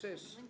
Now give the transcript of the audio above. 6 נגד,